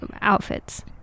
outfits